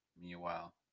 meanwhile